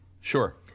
Sure